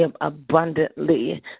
abundantly